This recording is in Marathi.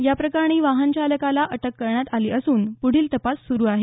या प्रकरणी वाहनचालकाला अटक करण्यात आली असून पुढील तपास सुरू आहे